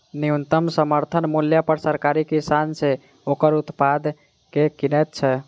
न्यूनतम समर्थन मूल्य पर सरकार किसान सॅ ओकर उत्पाद के किनैत छै